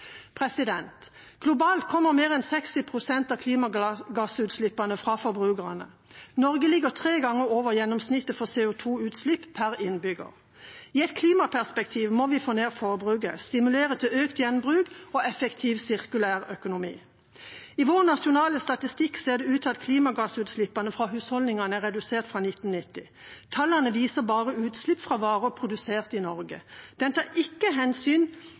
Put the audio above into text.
Globalt kommer mer enn 60 pst av klimagassutslippene fra forbrukerne. Norge ligger tre ganger over gjennomsnittet for CO 2 -utslipp per innbygger. I et klimaperspektiv må vi få ned forbruket og stimulere til økt gjenbruk og effektiv sirkulærøkonomi. I vår nasjonale statistikk ser det ut til at klimagassutslippene fra husholdningene er redusert siden 1990. Tallene viser bare utslipp fra varer produsert i Norge. De tar ikke hensyn